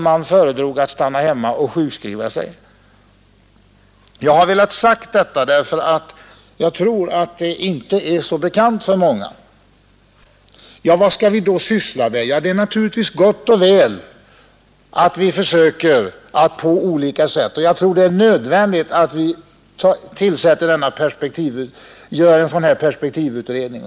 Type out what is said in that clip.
Man tvingades att sjukskriva sig.” Jag har velat anföra detta, eftersom jag tror att dessa förhållanden inte är kända av så många. Vad skall vi då göra? Det är naturligtvis gott och väl att vi prövar olika metoder, och jag tror det är nödvändigt att göra en perspektivutredning.